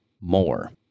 more